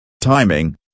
Timing